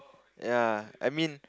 ya I mean